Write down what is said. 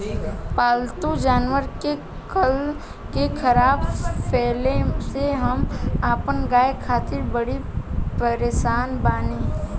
पाल्तु जानवर के कत्ल के ख़बर फैले से हम अपना गाय खातिर बड़ी परेशान बानी